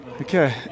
Okay